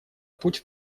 путь